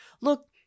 Look